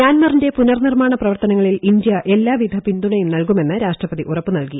മ്യാൻമറിന്റെ പുനർ നിർമ്മാണ പ്രവർത്തനങ്ങളിൽ ഇന്ത്യ എല്ലാവിധ പിന്തുണയും നൽകുമെന്ന് രാഷ്ട്രപതി ഉറപ്പു നൽകി